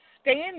stand